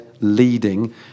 leading